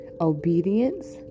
obedience